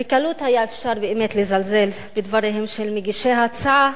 בקלות אפשר היה לזלזל בדבריהם של מגישי ההצעה,